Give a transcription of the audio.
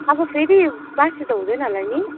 अब फेरि बासी त हुँदैन होला नि